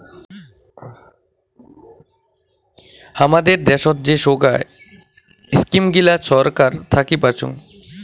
হামাদের দ্যাশোত যে সোগায় ইস্কিম গিলা ছরকার থাকি পাইচুঙ